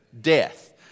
Death